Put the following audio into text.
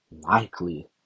likely